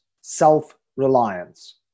self-reliance